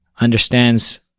understands